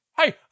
Hey